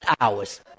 hours